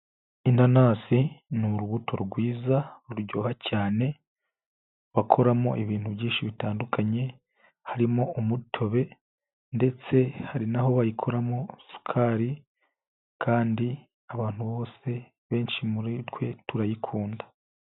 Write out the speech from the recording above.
Inanasi ni urubuto rwiza ruryoha cyane, bakoramo ibintu byinshi bitandukanye, harimo umutobe ndetse hari n'aho bayikoramo isukari, kandi abantu bose benshi muri twe turayikunda.